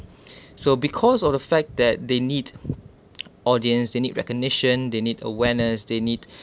so because of the fact that they need audience they need recognition they need awareness they need